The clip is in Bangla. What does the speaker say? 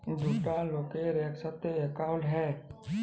দুটা লকের ইকসাথে একাউল্ট হ্যয়